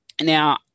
Now